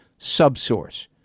subsource